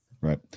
Right